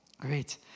Great